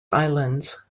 islands